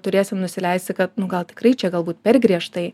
turėsim nusileisti kad nu gal tikrai čia galbūt per griežtai